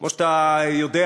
כמו שאתה יודע,